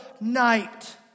night